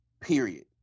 period